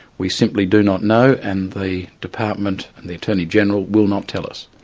we simply do not know, and the department and the attorney-general will not tell us.